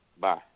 bye